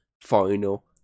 final